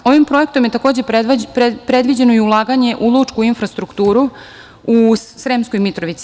Ovim projektom je takođe predviđeno i ulaganje u lučku infrastrukturu u Sremskoj Mitrovici.